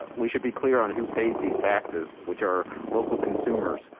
ah we should be clear on who pays these taxes, which are local consumers.